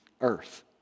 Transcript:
earth